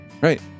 Right